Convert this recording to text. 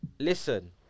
listen